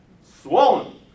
Swollen